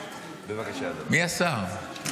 מי השר?